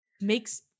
makes